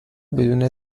بدون